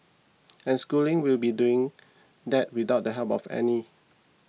and schooling will be doing that without the help of any